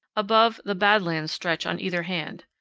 above, the bad lands stretch on either hand.